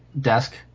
desk